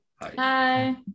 Hi